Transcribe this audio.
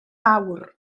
awr